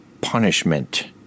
punishment